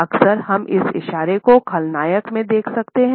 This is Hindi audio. अक्सर हम इस इशारे को खलनायक में देख सकते हैं